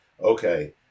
okay